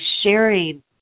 sharing